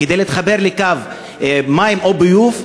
כדי להתחבר לקו מים או ביוב,